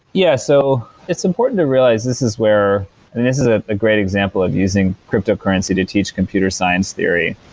yeah so it's important to realize this is where this is a great example of using cryptocurrency to teach computer science theory,